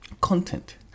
content